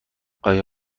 آیا